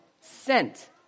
Sent